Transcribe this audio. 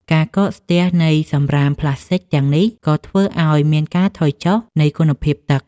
ការកកស្ទះនៃសម្រាមផ្លាស្ទិកទាំងនេះក៏ធ្វើឱ្យមានការថយចុះនៃគុណភាពទឹក។